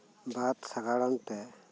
ᱵᱟᱛ ᱥᱟᱜᱟᱨᱚᱢᱛᱮ